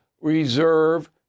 reserve